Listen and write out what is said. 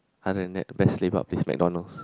other than that best lepak place is McDonald's